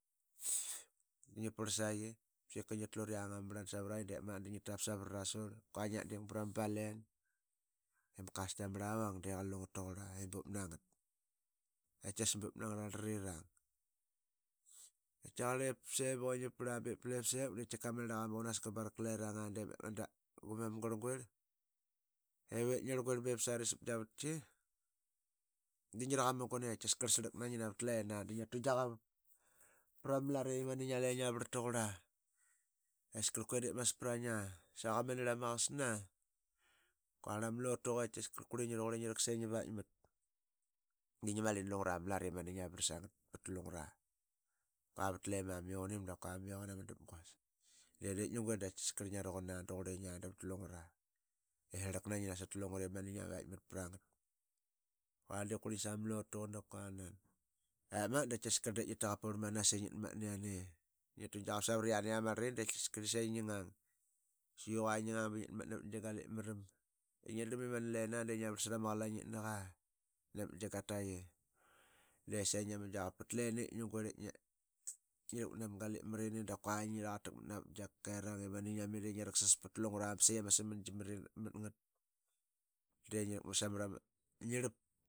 I ngi parl saqi i sika ngi tlu riyang ama mrlan savaraqi de magat da ngi tap savarga da kua ngia ding ama bale. I ama custom aa ngarlavang aa de lungtaqurlaa i bup na ngat bup na ngrlararinrang. Kiapqarl i simuk ngi parl aa ba ip lep sevuk i ngi parl de tika ma nirlaqa ma qunaska barak lerang aa de mangat da gumann garlguirl iviip ngirlguirl sari sap gia vatki. Da ngi raqa muguna i kiaskarl srlak na ngi navat lena da ngia tu giaqavip pra ra malara i mani niga le ngia varl taqurl aa. Askarl kue diip mas para ngia sa qa manirl ama qasna dap kua ama lotuqa i askarl kurli ngi i ngi raksas i ngi vakmat da nga mali na lungura malat i mani ngia vrl sa ngat pat lungura, kua vat lema ma yuqunim dap kua ma yoqan ama dapguas. De diip ngi guirl da qa kias karl ngia ruqun aa da qurli ngia, da vat lungura i srlak na ngi nasat lungure mani ngia vaikmat pra ngat. Kua diip kurli ngi sama lotuqa dap kua nan. ep magat da qaitkias karl diipb ngi taqapurl manas i ngitmatna yiane i qua ngia tugia qavap savat yiani aa ma rlrini da qaitkiaskarl sa qi ngi ngang. Siqi qua ngi ngang ba ngiat matna vat gia galip maram i ngiat drlam i mani lena de ngia varl sara ma qalaing a namat gataqi de sa qi ngia mu giar qavap pat lene ngi rakmat nama galip marini da kua ngi raqatakmat navet gia kakerang i mani ngia miri ngia raksa pat lungura aa ba sa qi ama samangi mat nagt. De ngi rakmat sa marama, ngi rlap.